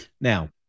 now